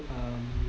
um